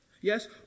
Yes